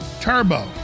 Turbo